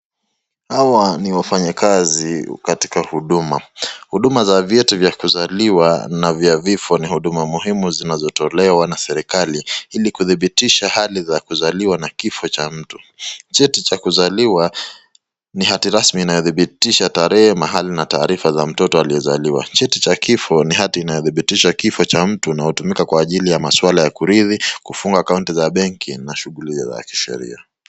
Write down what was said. Hawa ni wafanya kazi katika huduma, huduma za vyeti vya kuzaliwa na vya vifo ni huduma muhimu zinazotolewa na serikali ili kuthibitisha hali za kuzaliwa na kifo cha mtu. Cheti cha kuzaliwa ni hati rasmi inayothibitisha tarahe, mahali na taarifa za mtoto aliyezaliwa, cheti cha kifo ni hati inayothibitisha kifo cha mtu na hutumika kwa ajili ya mswala ya kuridhi, kufunga account za benki, na shughuli zote za kisheria.